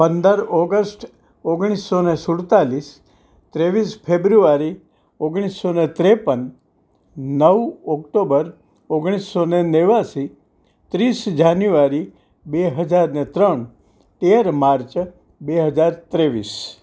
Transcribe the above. પંદર ઓગસ્ટ ઓગણીસોને સુડતાલીસ ત્રેવીસ ફેબ્રુઆરી ઓગણીસોને ત્રેપન નવ ઓક્ટોબર ઓગણીસોને નેવ્યાસી ત્રીસ જાન્યુઆરી બે હજારને ત્રણ તેર માર્ચ બે હજાર ત્રેવીસ